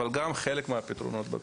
אבל גם חלק מהפתרונות בפריפריה.